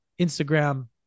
Instagram